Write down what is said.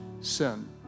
sin